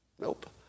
Nope